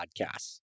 podcasts